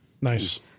Nice